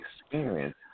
experience